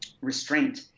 restraint